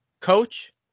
coach